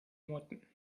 motten